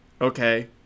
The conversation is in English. Okay